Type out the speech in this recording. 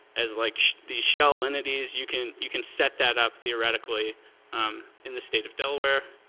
as like these shell entities, you can you can set that up theoretically in the state of delaware.